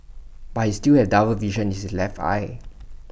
but he still has double vision in his left eye